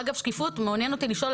שאגב שקיפות מעניין אותי לשאול,